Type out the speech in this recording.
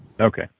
Okay